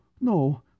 no